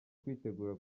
kwitegura